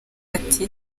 ati